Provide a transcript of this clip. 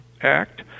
act